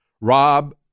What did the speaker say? rob